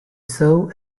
serve